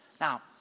Now